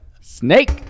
snake